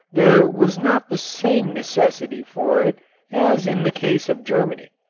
there was not the same necessity for it as in the case of germany,